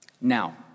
Now